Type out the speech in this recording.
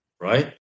right